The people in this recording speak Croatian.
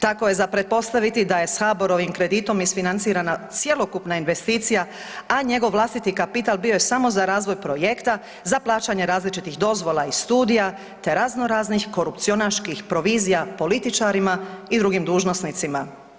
Tako je za pretpostaviti da je s HABOR-ovim kreditom insfinancirana cjelokupna investicija, a njegov vlastiti kapital bio je samo za razvoj projekta, za plaćanje različitih dozvola i studija, te razno raznih korupcionaških provizija političarima i drugim dužnosnicima.